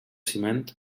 ciment